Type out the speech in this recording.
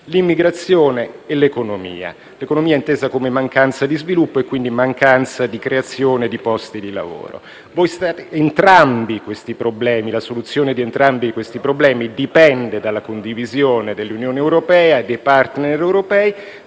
l'immigrazione e l'economia, intesa come mancanza di sviluppo, quindi mancanza di creazione di posti di lavoro. La soluzione di entrambi questi problemi dipende dalla condivisione dell'Unione europea e dei *partner* europei,